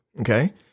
Okay